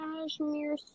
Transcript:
Cashmere